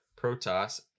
Protoss